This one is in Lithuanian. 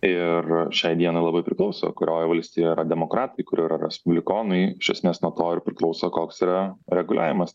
ir šiai dienai labai priklauso kurioj valstijoj demokratai kur yra respublikonai iš esmės nuo to ir priklauso koks yra reguliavimas